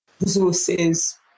resources